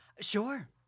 Sure